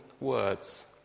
words